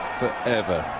forever